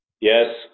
yes